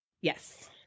Yes